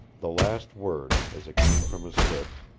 the last word, as it came from his lips,